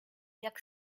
jak